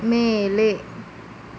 மேலே